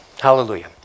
Hallelujah